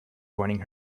joining